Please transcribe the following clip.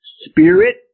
spirit